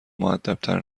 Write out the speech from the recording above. مودبتر